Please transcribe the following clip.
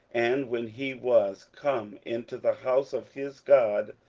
and when he was come into the house of his god,